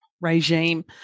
regime